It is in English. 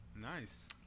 nice